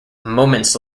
moments